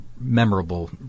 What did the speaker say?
memorable